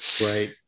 right